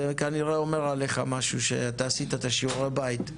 זה כנראה אומר עליך משהו שעשית את שיעורי הבית.